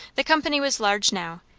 the company was large now,